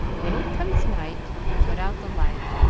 when it comes night, we put out the light.